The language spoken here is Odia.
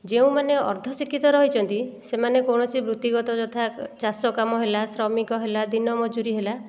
ଯେଉଁ ମାନେ ଅର୍ଦ୍ଧଶିକ୍ଷିତ ରହିଛନ୍ତି ସେମାନେ କୌଣସି ବୃତ୍ତିଗତ ଯଥା ଚାଷ କାମ ହେଲା ଶ୍ରମିକ ହେଲା ଦିନ ମଜୁରୀ ହେଲା